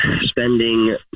spending